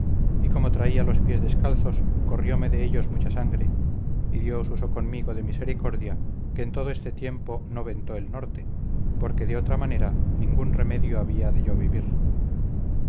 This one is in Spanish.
y como traía los pies descalzos corrióme de ellos mucha sangre y dios usó conmigo de misericordia que en todo este tiempo no ventó el norte porque de otra manera ningún remedio había de yo vivir